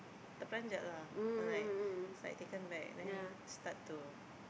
teperanjat lah like he's like taken back then start to